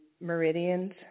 Meridians